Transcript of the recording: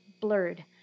blurred